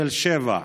תל שבע,